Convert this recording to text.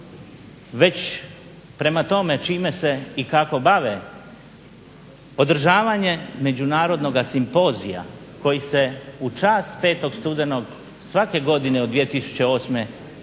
već prema tome čime se i kako bave održavanje međunarodnoga simpozija koji se u čast 5. studenog svake godine od 2008. događa